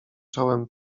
czołem